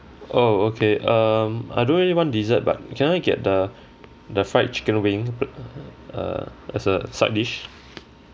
oh okay um I don't really want dessert but can I get the the fried chicken wing err as a side dish